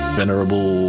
venerable